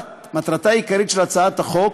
מטרתה העיקרית של הצעת החוק,